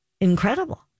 incredible